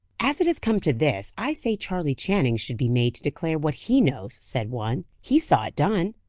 as it has come to this, i say charley channing should be made to declare what he knows, said one. he saw it done!